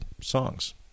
songs